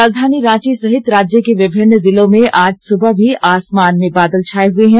राजधानी रांची सहित राज्य के विभिन्न जिलों में आज सुबह भी आसमान में बादल छाये हए है